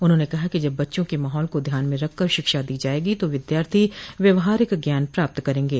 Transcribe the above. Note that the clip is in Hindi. उन्हाने कहा कि जब बच्चों के माहौल को ध्यान में रखकर शिक्षा दी जायेगी तो विद्यार्थी व्यवहारिक ज्ञान प्राप्त करेंगे